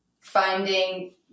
finding